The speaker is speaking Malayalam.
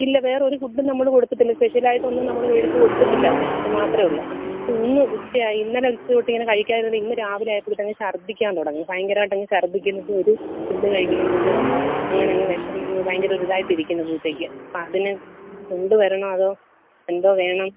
ഇല്ല വേറെ ഒരു ഫുഡ്ഡും നമ്മൾ കൊടുത്തിട്ടില്ല സ്പെഷ്യൽ ആയിട്ടൊന്നും നമ്മൾ മേടിച്ച് കൊടുത്തിട്ടില്ല അതിന് ഇത് മാത്രമേ ഉളളൂ അപ്പം ഇന്ന് ഉച്ചയായി ഇന്നലെ ഉച്ച തൊട്ടിങ്ങനെ കഴിക്കാതിരുന്നിട്ട് ഇന്ന് രാവിലെ ആയപ്പോഴത്തേന് ഛർദ്ദിക്കാൻ തുടങ്ങി ഭയങ്കരമായിട്ട് അങ്ങ് ഛർദ്ദിക്കുന്നുണ്ട് ഒരു ഫുഡ്ഡും കഴിക്കുന്നില്ല അങ്ങനെ അങ്ങ് വിഷമി ഭയങ്കര ഒരിതായിട്ട് ഇരിക്കുന്നു പൂച്ചയ്ക്ക് അതിന് കൊണ്ടുവരണോ അതോ എന്ത് വേണം